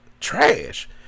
trash